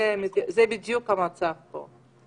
זה בדיוק המצב פה.